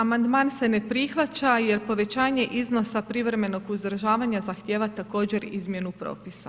Amandman se ne prihvaća jer povećanje iznosa privremenog uzdržavanja zahtjeva također izmjenu propisa.